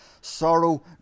Sorrow